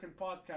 podcast